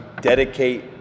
dedicate